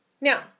now